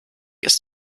ist